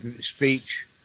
speech